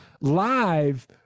live